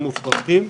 הם מופרכים.